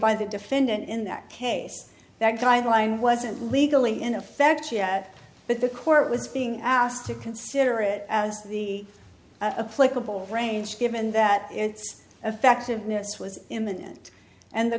by the defendant in that case that guideline wasn't legally in effect yet but the court was being asked to consider it as the a political range given that its effectiveness was imminent and the